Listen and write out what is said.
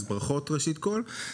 ברכות ראשית כל.